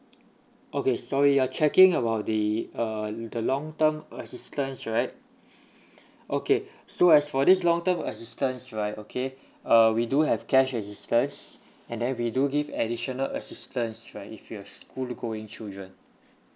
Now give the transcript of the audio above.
okay sorry you're checking about the uh the long term assistance right okay so as for this long term assistance right okay uh we do have cash assistance and then we do give additional assistance right if you have school going children